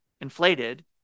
inflated